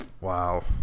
Wow